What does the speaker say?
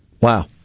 Wow